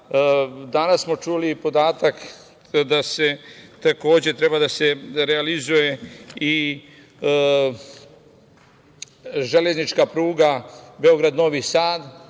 smo čuli podatak da takođe treba da se realizuje i železnička pruga „Beograd – Novi Sad“,